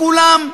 כולם?